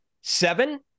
Seven